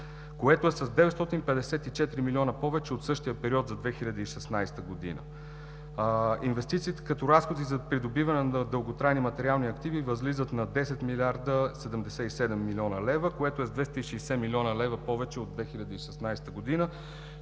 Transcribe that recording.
което е с 954 милиона повече от същия период за 2016 г. Инвестициите като разходи за придобиване на дълготрайни материални активи възлизат на 10 млрд. 77 млн. лв., което е с 260 млн. лв. повече от 2016 г.